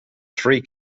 three